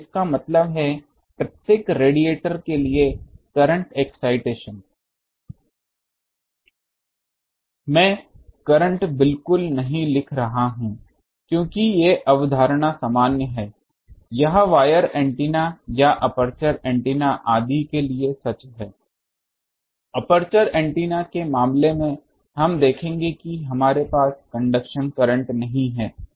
तो इसका मतलब है प्रत्येक रेडिएटर के लिए करंट एक्साइटेशन मै करंट बिल्कुल नहीं लिख रहा हूँ क्योंकि ये अवधारणा सामान्य है यह वायर एंटीना या एपर्चर एंटीना आदि के लिए सच है एपर्चर एंटीना के मामले में हम देखेंगे कि हमारे पास कंडक्शन करंट नहीं है